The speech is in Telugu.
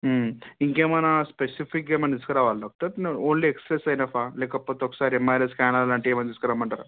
ఇంకా ఏమైనా స్పెసిఫిక్గా ఏమన్న తీసుకురావాలా డాక్టర్ ఓన్లీ ఎక్స్రేస్ ఎనఫా లేకపోతే ఒకసారి ఎంఆర్ఐ స్కానర్ అలాంటివి ఏమైన్న తీసుకురమ్మంటారా